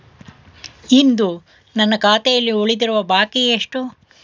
ಇಂದು ನನ್ನ ಖಾತೆಯಲ್ಲಿ ಉಳಿದಿರುವ ಬಾಕಿ ಎಷ್ಟು?